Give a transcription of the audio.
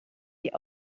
die